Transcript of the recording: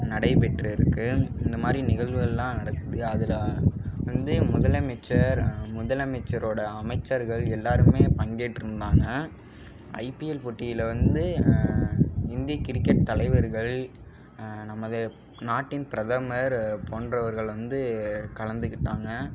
நடைபெற்றிருக்கு இந்தமாதிரி நிகழ்வுகளெலாம் நடக்குது அதில் வந்து முதலமைச்சர் முதலமைச்சரோட அமைச்சர்கள் எல்லாருமே பங்கேற்றிருந்தாங்க ஐபிஎல் போட்டியில் வந்து இந்திய கிரிக்கெட் தலைவர்கள் நமது நாட்டின் பிரதமர் போன்றவர்கள் வந்து கலந்துக்கிட்டாங்க